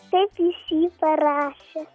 kaip jūs jį parašė